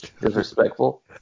Disrespectful